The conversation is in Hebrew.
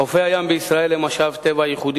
חופי הים בישראל הם משאב טבע ייחודי